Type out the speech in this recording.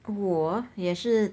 我也是